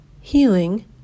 Healing